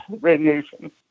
radiation